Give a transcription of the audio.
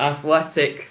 Athletic